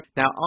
now